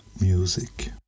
music